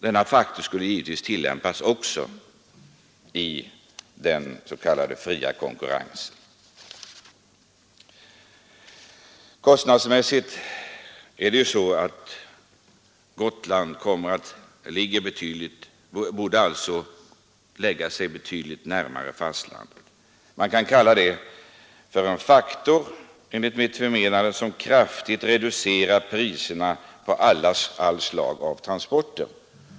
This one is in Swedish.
Denna faktor skulle givetvis tillämpas också i den s.k. fria konkurrensen. Kostnadsmässigt borde alltså Gotland läggas betydligt närmare fastlandet, och man kan kalla det tal man räknar med en faktor, som kraftigt reducerar kostnaderna på alla slag av transporter.